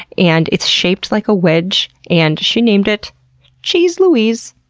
and it's shaped like a wedge and she named it cheese louise.